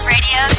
Radio